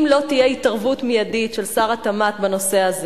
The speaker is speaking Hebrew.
אם לא תהיה התערבות מיידית של שר התמ"ת בנושא הזה,